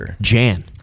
Jan